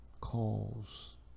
calls